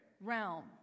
realm